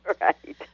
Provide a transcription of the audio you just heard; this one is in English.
Right